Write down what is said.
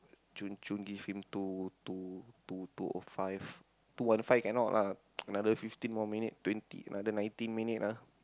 chun chun give him two two two two O five two one five cannot lah another fifteen more minute twenty lah then nineteen minute lah